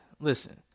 Listen